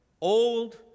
old